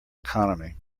economy